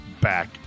back